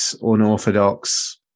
unorthodox